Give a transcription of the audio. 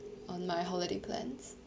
on my holiday plans